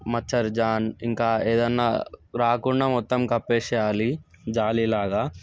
మచ్చరి జాన్ ఇంకా ఏదైనా రాకుండా మొత్తం కప్పేసేయాలి జాలె లాగా